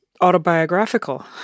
autobiographical